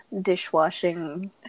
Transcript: dishwashing